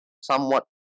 somewhat